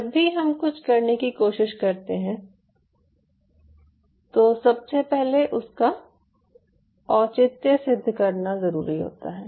जब भी हम कुछ करने की कोशिश करते हैं तो सबसे पहले उसका औचित्य सिद्ध करना ज़रूरी होता है